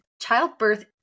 Childbirth